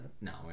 No